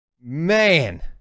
Man